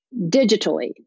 digitally